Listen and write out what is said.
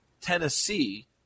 Tennessee